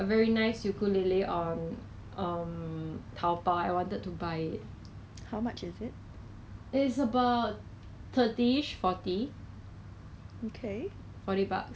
selling the half bottle there are many half bottles for sale they say is new but it's like reduced so that you can use to know whether it is good or not they say is a new product lah I think